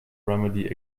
remedy